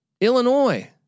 Illinois